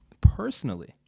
personally